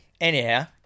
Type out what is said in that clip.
Anyhow